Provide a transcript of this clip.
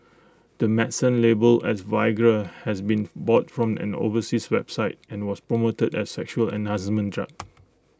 the medicine labelled as Viagra has been bought from an overseas website and was promoted as A sexual enhancement drug